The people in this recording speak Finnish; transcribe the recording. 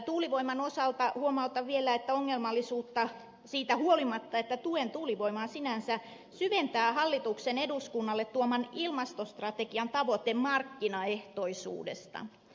tuulivoiman osalta huomautan vielä että ongelmallisuutta siitä huolimatta että tuen tuulivoimaa sinänsä syventää hallituksen eduskunnalle tuoman ilmastostrategian tavoite markkinaehtoisuudesta